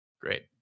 Great